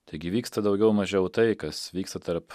taigi vyksta daugiau mažiau tai kas vyksta tarp